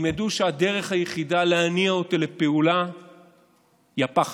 הם ידעו שהדרך היחידה להניע אותו לפעולה היא הפחד,